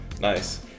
Nice